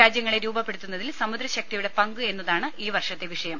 രാജ്യങ്ങളെ രൂപപ്പെടുത്തുന്നതിൽ സമുദ്രശക്തിയുടെ പങ്ക് എന്നതാണ് ഈ വർഷത്തെ വിഷയം